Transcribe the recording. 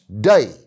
day